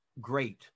great